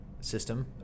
system